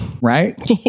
right